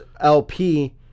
LP